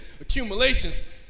accumulations